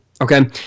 Okay